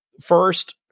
first